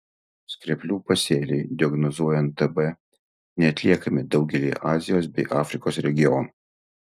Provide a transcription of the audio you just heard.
skreplių pasėliai diagnozuojant tb neatliekami daugelyje azijos bei afrikos regionų